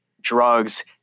drugs